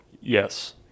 yes